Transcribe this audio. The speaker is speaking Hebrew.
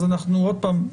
אז עוד פעם,